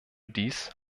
dies